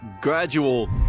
gradual